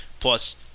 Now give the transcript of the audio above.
Plus